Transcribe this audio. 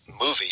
Movie